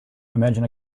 imagine